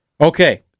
Okay